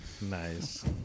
Nice